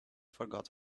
forgot